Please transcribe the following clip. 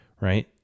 right